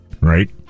Right